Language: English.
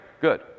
Good